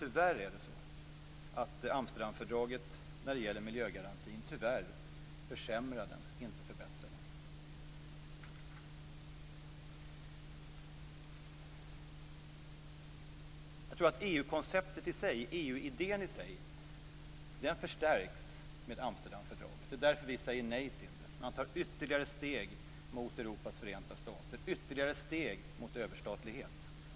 Tyvärr är det så att Amsterdamfördraget försämrar, inte förbättrar, miljögarantin. Jag tror att EU-konceptet, EU-idén, i sig förstärks i och med Amsterdamfördraget. Det är därför som vi säger nej till det. Man tar ytterligare steg mot Europas förenta stater, ytterligare steg mot överstatlighet.